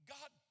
God